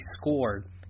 scored